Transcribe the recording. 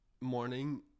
morning